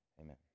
Amen